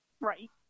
Right